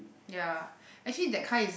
ya actually that kind is